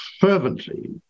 fervently